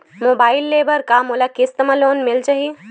Mobile ले बर का मोला किस्त मा लोन मिल जाही?